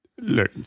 Look